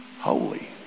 holy